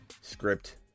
script